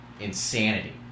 insanity